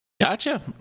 gotcha